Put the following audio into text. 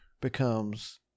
becomes